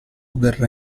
verrà